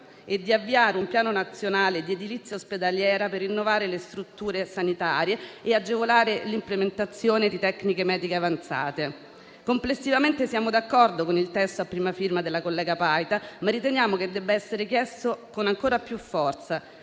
e avviare un piano nazionale di edilizia ospedaliera per rinnovare le strutture sanitarie e agevolare l'implementazione di tecniche mediche avanzate. Complessivamente siamo d'accordo con il testo a prima firma della collega Paita, ma riteniamo che debba essere chiesto con ancora più forza